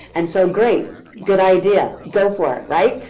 and so great, good idea. go for it, right?